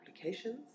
applications